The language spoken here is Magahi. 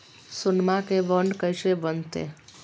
सोनमा के बॉन्ड कैसे बनते?